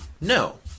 No